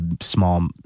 small